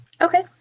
Okay